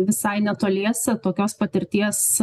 visai netoliese tokios patirties